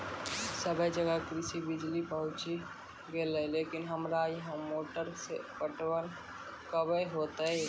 सबे जगह कृषि बिज़ली पहुंची गेलै लेकिन हमरा यहाँ मोटर से पटवन कबे होतय?